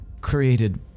created